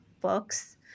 books